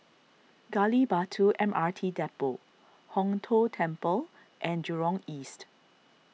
Gali Batu M R T Depot Hong Tho Temple and Jurong East